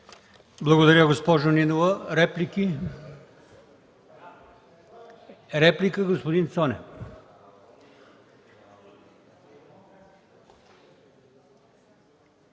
Благодаря, госпожо Нинова. Реплики? Реплика – господин Цонев.